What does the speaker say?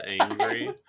angry